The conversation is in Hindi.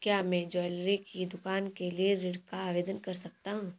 क्या मैं ज्वैलरी की दुकान के लिए ऋण का आवेदन कर सकता हूँ?